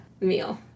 meal